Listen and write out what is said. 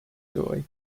joy